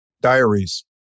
Diaries